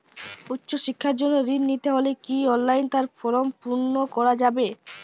উচ্চশিক্ষার জন্য ঋণ নিতে হলে কি অনলাইনে তার ফর্ম পূরণ করা যাবে?